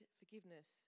forgiveness